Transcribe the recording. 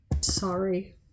Sorry